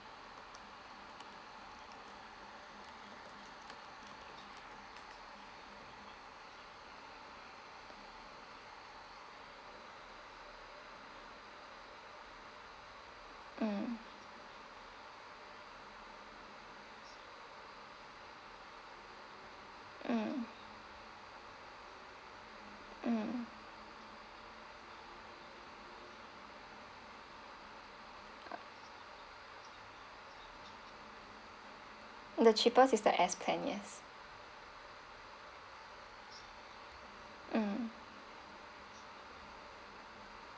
mm mm mm the cheaper is the S ten years mm